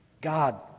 God